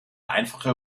einfache